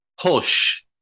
push